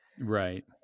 Right